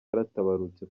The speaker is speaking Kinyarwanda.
yaratabarutse